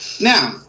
Now